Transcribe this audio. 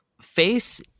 Face